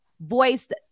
voiced